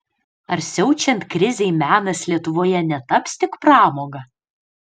ar siaučiant krizei menas lietuvoje netaps tik pramoga